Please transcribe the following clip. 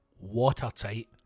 watertight